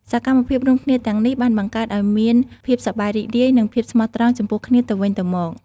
សកម្មភាពរួមគ្នាទាំងនេះបានបង្កើតឱ្យមានភាពសប្បាយរីករាយ និងភាពស្មោះត្រង់ចំពោះគ្នាទៅវិញទៅមក។